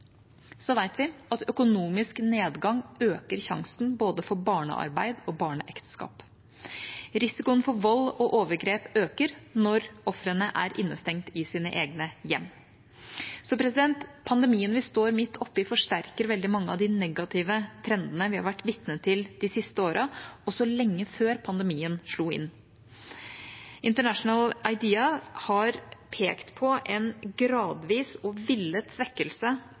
Vi vet at økonomisk nedgang øker sannsynligheten for både barnearbeid og barneekteskap. Risikoen for vold og overgrep øker når ofrene er innestengt i sine egne hjem. Pandemien vi står midt oppe i, forsterker veldig mange av de negative trendene vi har vært vitne til de siste årene, også lenge før pandemien slo inn. International IDEA har pekt på en gradvis og villet svekkelse